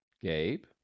Gabe